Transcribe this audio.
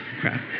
crap